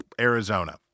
Arizona